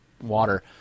water